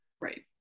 Right